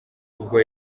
ubwo